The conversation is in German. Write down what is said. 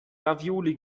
ravioli